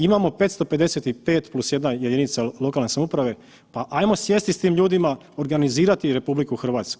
Imamo 555+1 jedinica lokalne samouprave, pa ajmo sjesti s tim ljudima, organizirati RH.